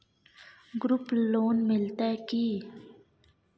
Group loan मिलतै की?